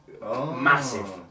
Massive